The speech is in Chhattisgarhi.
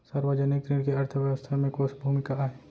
सार्वजनिक ऋण के अर्थव्यवस्था में कोस भूमिका आय?